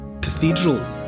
Cathedral